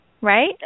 right